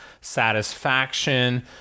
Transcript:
satisfaction